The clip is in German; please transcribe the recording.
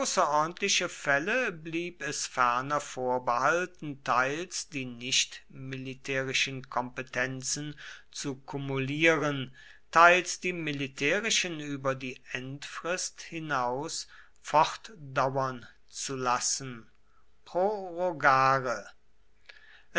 außerordentliche fälle blieb es ferner vorbehalten teils die nicht militärischen kompetenzen zu kumulieren teils die militärischen über die endfrist hinaus fortdauern zu lassen